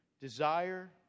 desire